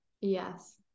Yes